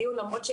ארגון